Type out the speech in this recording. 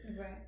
Right